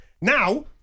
Now